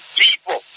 people